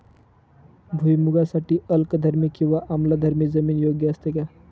भुईमूगासाठी अल्कधर्मी किंवा आम्लधर्मी जमीन योग्य असते का?